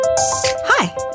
Hi